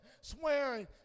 swearing